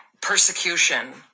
persecution